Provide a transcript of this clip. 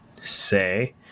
say